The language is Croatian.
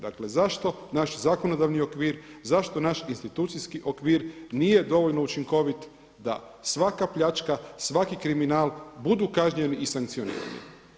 Dakle zašto naš zakonodavni okvir, zašto naš institucijski okvir nije dovoljno učinkovit da svaka pljačka, svaki kriminal budu kažnjeni i sankcionirani.